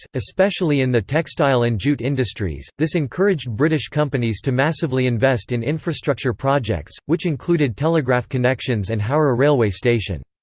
especially in the textile and jute industries this encouraged british companies to massively invest in infrastructure projects, which included telegraph connections and howrah railway station.